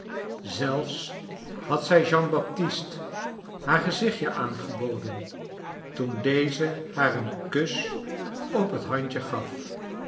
zelfs had zij jean baptist haar gezichtje aangeboden toen deze haar een kus op het handje gaf